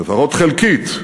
לפחות חלקית,